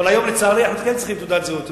אבל היום, לצערי, אנחנו כן צריכים תעודות זהות.